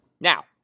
Now